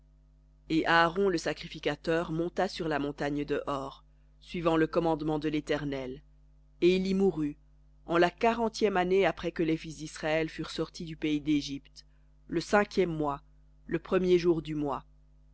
et aaron le sacrificateur monta sur la montagne de hor suivant le commandement de l'éternel et il y mourut en la quarantième année après que les fils d'israël furent sortis du pays d'égypte le cinquième mois le premier du mois